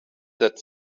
that